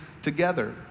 together